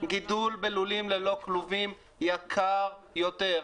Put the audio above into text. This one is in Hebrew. גידול בלולים ללא כלובים יקר יותר.